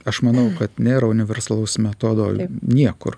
aš manau kad nėra universalaus metodo niekur